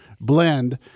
blend